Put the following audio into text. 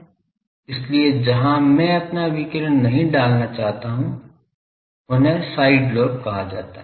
इसलिए जहां मैं अपना विकिरण नहीं डालना चाहता हूं उन्हें साइड लोब कहा जाता है